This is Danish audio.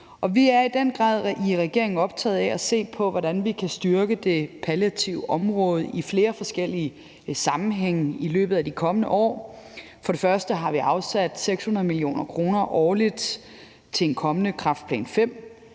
i den grad optaget af at se på, hvordan vi kan styrke det palliative område i flere forskellige sammenhænge i løbet af de kommende år. Vi har afsat 600 mio. kr. årligt til en kommende kræftplan V.